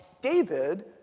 David